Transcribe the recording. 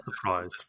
surprised